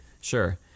Sure